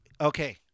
Okay